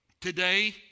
Today